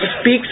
speaks